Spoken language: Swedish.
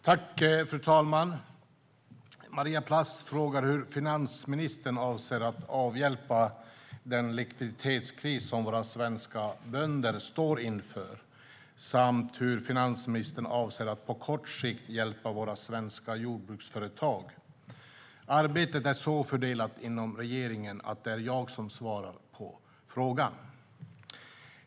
Fru talman! Maria Plass frågar hur finansministern avser att avhjälpa den likviditetskris som våra svenska bönder står inför samt hur finansministern avser att på kort sikt hjälpa våra svenska jordbruksföretag. Arbetet är så fördelat inom regeringen att det är jag som svarar på frågan.